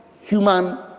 human